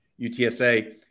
UTSA